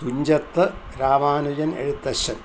Thunchath Ramanujan Ezhuthachan